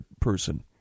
person